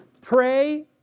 PRAY